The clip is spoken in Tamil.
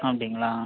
அப்படிங்களா